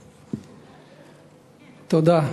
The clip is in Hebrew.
תודה.